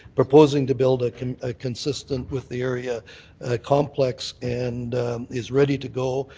proposing to build a and ah consistent with the area complex and is ready to go,